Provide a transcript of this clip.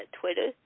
Twitter